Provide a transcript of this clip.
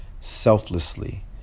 selflessly